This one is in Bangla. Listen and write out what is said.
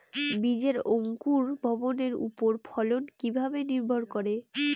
বীজের অঙ্কুর ভবনের ওপর ফলন কিভাবে নির্ভর করে?